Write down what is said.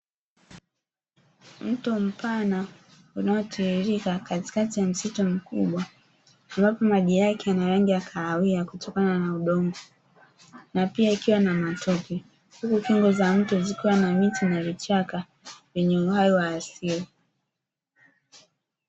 Mto mpana unaotiririka katikati ya msitu mkubwa, ambapo maji yake yana rangi ya kahawia kutokana na udongo na pia ikiwa na matope, huku kingo za mto zikiwa na miti na vichaka vyenye ung’aro wa asili.